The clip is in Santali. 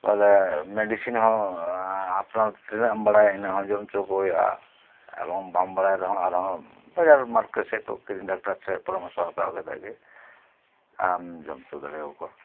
ᱵᱚᱞᱮ ᱢᱮᱰᱤᱥᱤᱱ ᱦᱚᱸ ᱟᱯᱱᱟᱨ ᱛᱮ ᱛᱤᱱᱟᱹ ᱮᱢ ᱵᱟᱲᱟᱭᱟ ᱤᱱᱟᱹ ᱦᱚᱸ ᱡᱚᱢ ᱚᱪᱚᱠᱚ ᱦᱩᱭᱩᱜᱼᱟ ᱮᱵᱚᱝ ᱵᱟᱢ ᱵᱟᱲᱟᱭ ᱨᱮᱦᱚᱸ ᱟᱨᱦᱚᱸ ᱵᱟᱡᱟᱨ ᱢᱟᱨᱠᱮᱴ ᱥᱮᱫ ᱠᱷᱚᱱ ᱠᱤᱨᱤᱧ ᱰᱟᱠᱛᱟᱨ ᱴᱷᱮᱱ ᱠᱷᱚᱱ ᱯᱚᱨᱟᱢᱚᱨᱥᱚ ᱦᱟᱛᱟᱣ ᱠᱟᱛᱮᱫ ᱜᱮ ᱡᱚᱢ ᱚᱪᱚ ᱫᱟᱲᱮ ᱭᱟᱠᱚᱣᱟ